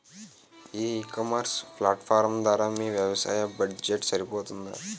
ఈ ecommerce platform ధర మీ వ్యవసాయ బడ్జెట్ సరిపోతుందా?